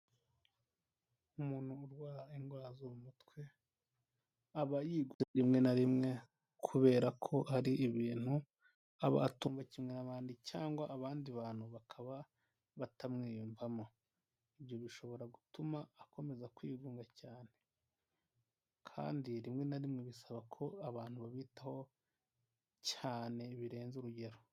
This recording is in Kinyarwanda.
Umuntu urwara indwara zo mu mutwe aba yigunga rimwe na rimwe kubera ko hari ibintu abatumvikanaho kimwe nabandi cyangwa abandi bantu bakaba batamwiyumvamo ibyo bishobora gutuma akomeza kwigunga cyane kandi rimwe na rimwe bisaba ko abantu babitaho cyane birenze urugero.